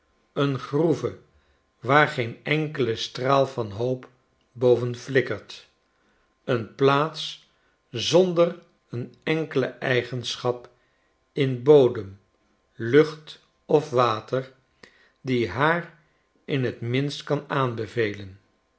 een groeve waar geen enkele straal van hoop boven flikkert een plaats zonder een enkele eigenschap in bodem lucht of water die haar in t minst kan aanbevelen